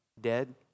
dead